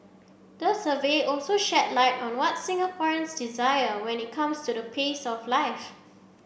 the survey also shed light on what Singaporeans desire when it comes to the pace of life